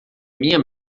minha